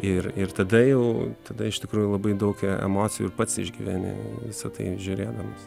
ir ir tada jau tada iš tikrųjų labai daug emocijų ir pats išgyveni į visą tai žiūrėdamas